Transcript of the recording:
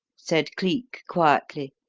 said cleek, quietly.